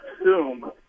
assume